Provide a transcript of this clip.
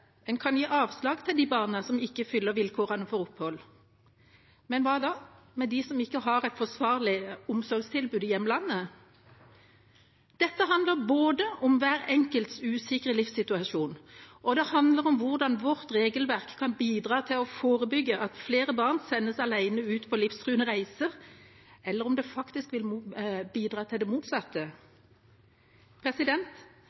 en kan gi avslag til de barna som ikke fyller vilkårene for opphold. Men hva da med dem som ikke har et forsvarlig omsorgstilbud i hjemlandet? Dette handler både om hver enkelts usikre livssituasjon og om hvordan vårt regelverk kan bidra til å forebygge at flere barn sendes alene ut på livstruende reiser – eller om det faktisk vil bidra til det